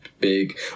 big